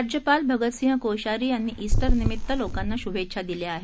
राज्यपाल भगतसिंह कोश्यारी यांनी ईस्टरनिमित्त लोकांना शुभेच्छा दिल्या आहेत